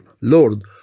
Lord